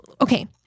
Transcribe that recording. okay